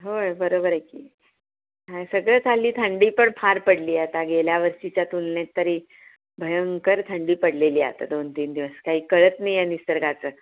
होय बरोबर आहे की हा सगळंच हल्ली थंडी पण फार पडली आता गेल्या वर्षीच्या तुलनेत तरी भयंकर थंडी पडलेली आता दोन तीन दिवस काही कळत नाही आहे निसर्गाचं